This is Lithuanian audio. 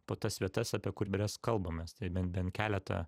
po tas vietas apie kurbrias kalbamės tai ben bent keletą